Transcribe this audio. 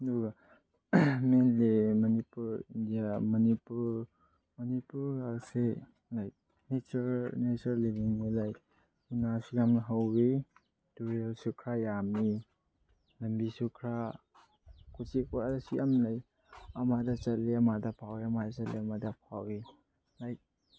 ꯑꯗꯨꯒ ꯃꯅꯤꯄꯨꯔ ꯏꯟꯗꯤꯌꯥ ꯃꯅꯤꯄꯨꯔ ꯃꯅꯤꯄꯨꯔ ꯑꯁꯦ like nature nature ꯌꯦꯡꯅꯤꯡꯕ ꯂꯥꯏꯛ ꯎꯅꯥꯁꯨ ꯌꯥꯝꯅ ꯍꯧꯏ ꯇꯨꯔꯦꯜꯁꯨ ꯈꯔ ꯌꯥꯝꯃꯤ ꯂꯝꯕꯤꯁꯨ ꯈꯔ ꯎꯆꯦꯛ ꯋꯥꯌꯥꯁꯨ ꯌꯥꯝ ꯂꯩ ꯑꯃꯗ ꯆꯠꯂꯦ ꯑꯃꯗ ꯐꯥꯎꯋꯦ ꯑꯃꯗ ꯆꯠꯂꯦ ꯑꯃꯗ ꯐꯥꯎꯋꯦ ꯂꯥꯏꯛ